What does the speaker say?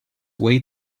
way